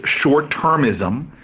short-termism